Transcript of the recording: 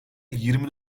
yirmi